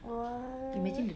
what